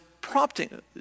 prompting